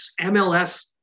MLS